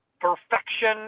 perfection